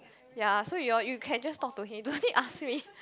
ya so you all you can just talk to him don't need ask me